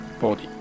body